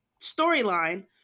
storyline